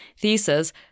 thesis